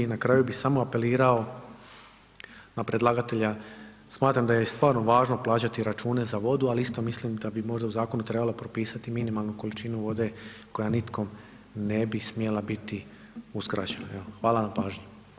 I na kraju bi samo apelirao na predlagatelja, smatram da je stvarno važno plaćati račune za vodu, ali isto mislim da bi možda u zakonu trebala propisati minimalnu količinu vode koja nikom ne bi smjela biti uskraćena, evo, hvala na pažnji.